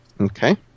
Okay